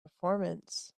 performance